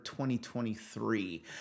2023